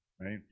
Right